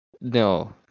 no